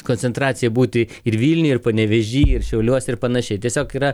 koncentracija būti ir vilniuje ir panevėžy ir šiauliuose ir panašiai tiesiog yra